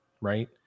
Right